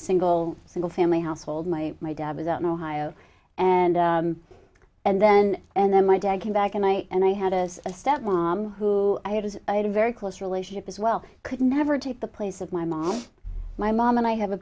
single single family household my my dad was out in ohio and and then and then my dad came back and i and i had a step mom who i had was i had a very close relationship as well could never take the place of my mom my mom and i have a